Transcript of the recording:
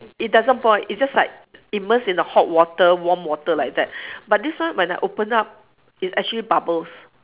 it doesn't boil it's just like immerse in the hot water warm water like that but this one when I open up it's actually bubbles